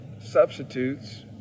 substitutes